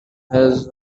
has